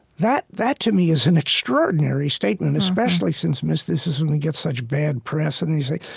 that that to me is an extraordinary statement. especially since mysticism gets such bad press and they say,